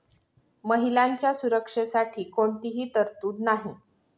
महिलांच्या सुरक्षेसाठी कोणतीही तरतूद नाही